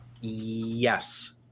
Yes